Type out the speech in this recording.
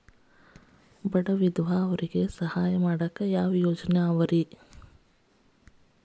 ಬಡ ವಿಧವೆಯರಿಗೆ ಸಹಾಯ ಮಾಡಲು ಯಾವ ಯೋಜನೆಗಳಿದಾವ್ರಿ?